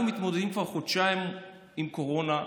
אנחנו מתמודדים כבר חודשיים עם הקורונה.